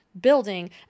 building